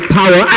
power